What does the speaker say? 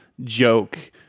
joke